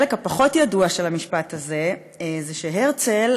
החלק הפחות ידוע של המשפט הזה הוא שהרצל